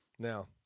Now